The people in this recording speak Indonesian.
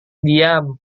diam